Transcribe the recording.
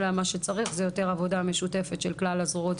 אלא מה שצריך זה יותר עבודה משותפת של כלל הזרועות